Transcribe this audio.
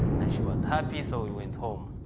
and she was happy, so we went home.